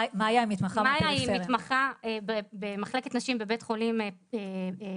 מאיה היא מתמחה במחלקת נשים בבית חולים העמק.